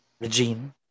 Regine